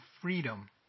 freedom